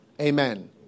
Amen